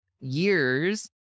Years